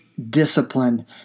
discipline